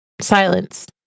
silence